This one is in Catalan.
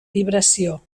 vibració